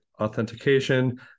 authentication